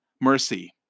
mercy